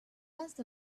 danced